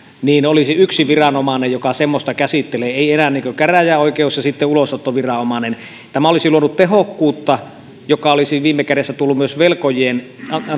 olisi yksi viranomainen joka semmoista käsittelee ei enää käräjäoikeus ja sitten ulosottoviranomainen tämä olisi luonut tehokkuutta joka olisi viime kädessä tullut myös